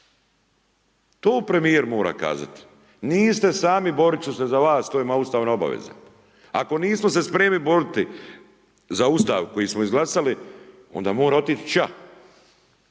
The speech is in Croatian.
To premijer mora kazati niste sami, borit ću se za vas, to je moja ustavna obaveza. Ako nismo se spremni boriti za Ustav koji smo izglasali onda mora otići ća,